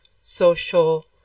social